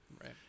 Right